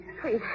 please